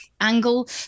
angle